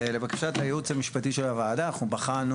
ולבקשת הייעוץ המשפטי של הוועדה אנחנו בחנו,